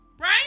right